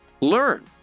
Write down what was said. Learn